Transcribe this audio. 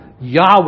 Yahweh